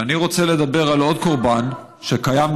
ואני רוצה לדבר על עוד קורבן שקיים,